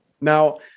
Now